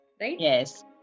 Yes